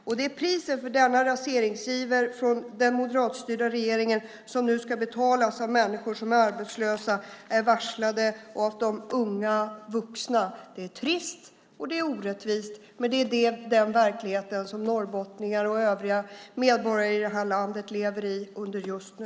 Och det är priset för denna raseringsiver från den moderatstyrda regeringen som nu ska betalas av människor som är arbetslösa eller varslade och av de unga vuxna. Det är trist och det är orättvist, men det är den verklighet som norrbottningar och övriga medborgare i det här landet lever i just nu.